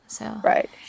Right